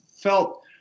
felt